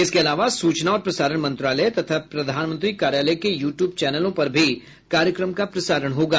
इसके अलावा सूचना और प्रसारण मंत्रालय तथा प्रधानमंत्री कार्यालय के यू ट्यूब चैनलों पर भी कार्यक्रम का प्रसारण होगा